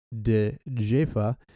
Dejefa